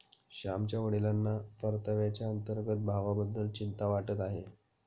श्यामच्या वडिलांना परताव्याच्या अंतर्गत भावाबद्दल चिंता वाटत आहे